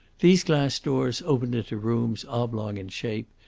these glass doors opened into rooms oblong in shape,